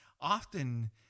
often